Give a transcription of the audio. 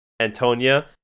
antonia